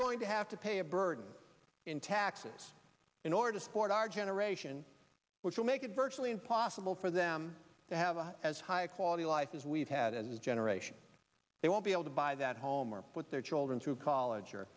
going to have to pay a burden in taxes in order to support our generation which will make it virtually impossible for them to have as high a quality of life as we've had in this generation they won't be able to buy that home or put their children through college or